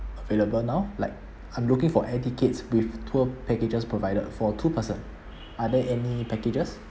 available now like I'm looking for air tickets with tour packages provided for two person are there any packages